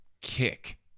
kick